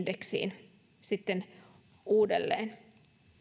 sidottaisiin indeksiin uudelleen